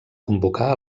convocar